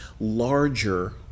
larger